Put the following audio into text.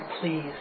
please